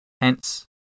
Hence